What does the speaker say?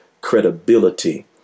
credibility